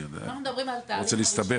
אנחנו מדברים על התהליך הראשוני,